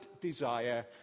desire